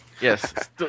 Yes